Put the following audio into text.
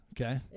okay